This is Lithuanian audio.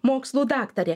mokslų daktarė